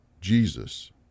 Jesus